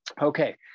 Okay